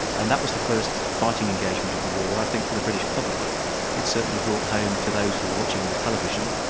and that was the first fighting engagement of the war, i think for the british public it certainly brought home to those who were watching on the television,